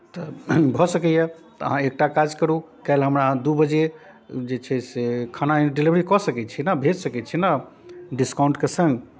तऽ भऽ सकैए अहाँ एकटा काज करू काइल्ह हमरा अहाँ दू बजे जे छै से खाना डिलिवरी कऽ सकै छी ने भेज सकैत छी ने डिस्काउंटके संग